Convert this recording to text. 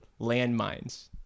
landmines